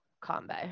combo